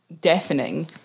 deafening